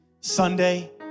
Sunday